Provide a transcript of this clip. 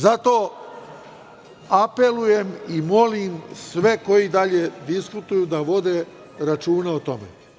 Zato apelujem i molim sve koji dalje diskutuju da vode računa o tome.